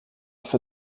für